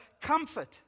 Comfort